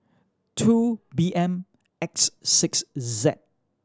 two B M X six Z